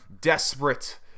desperate